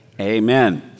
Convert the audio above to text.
amen